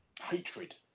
hatred